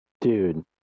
Dude